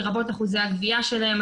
לרבות אחוזי הגבייה שלהם,